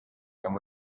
and